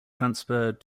transferred